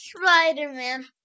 Spider-Man